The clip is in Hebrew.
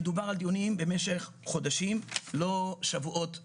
מדובר על דיונים שהתקיימו במשך חודשים ולא שבועות בודדים.